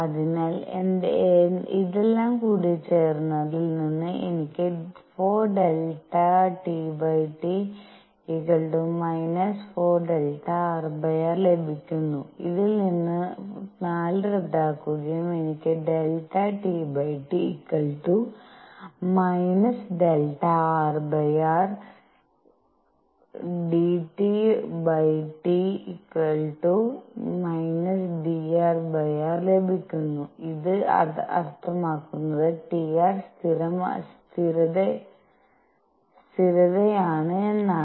അതിനാൽ ഇതെല്ലാം കൂടിച്ചേർന്നതിൽ നിന്ന് എനിക്ക് 4∆TT 4∆rr ലഭിക്കുന്നു ഇതിൽ നിന്ന് 4 റദ്ദാക്കുകയും എനിക്ക് ∆TT ∆rrdTT drr ലഭിക്കുന്നന്നു ഇത് അർത്ഥമാക്കുന്നത് Trസ്ഥിരതയാണ് എന്നാണ്